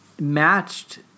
matched